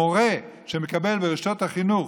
המורה שמקבל משכורת ברשתות החינוך,